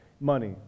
money